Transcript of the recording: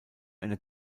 eine